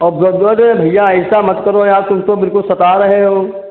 अब अरे भैया ऐसा मत करो यार तुम तो बिल्कुल सता रहे हो